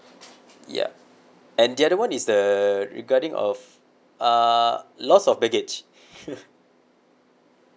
yup and the other one is the regarding of uh loss of baggage